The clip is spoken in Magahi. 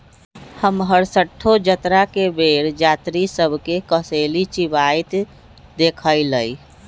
हम हरसठ्ठो जतरा के बेर जात्रि सभ के कसेली चिबाइत देखइलइ